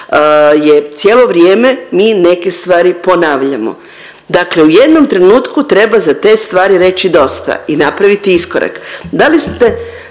cijelo vrijeme mi neke stvari ponavljamo. Dakle, u jednom trenutku treba za te stvari reći dosta i napraviti iskorak.